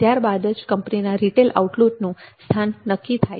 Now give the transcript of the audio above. ત્યારબાદ જ કંપનીના રિટેલ આઉટલેટનું સ્થાન નક્કી થાય છે